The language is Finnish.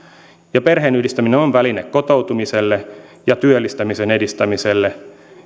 ja perheenyhdistäminen on väline kotoutumiselle ja työllistämisen edistämiselle